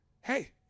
hey